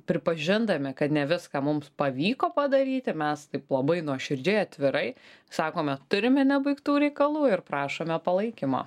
pripažindami kad ne viską mums pavyko padaryti mes taip labai nuoširdžiai atvirai sakome turime nebaigtų reikalų ir prašome palaikymo